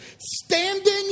standing